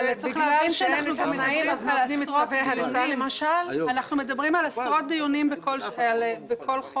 אבל צריך להבין שאנחנו מדברים על עשרות דיונים בכל חודש.